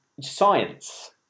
science